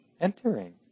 entering